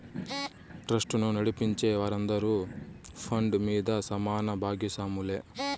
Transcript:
ట్రస్టును నడిపించే వారందరూ ఫండ్ మీద సమాన బాగస్వాములే